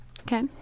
Okay